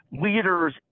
leaders